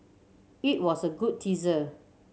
it was a good teaser